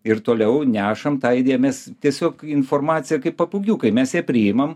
ir toliau nešam tą idėją mes tiesiog informaciją kaip papūgiukai mes ją priimam